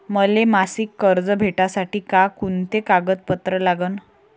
मले मासिक कर्ज भेटासाठी का कुंते कागदपत्र लागन?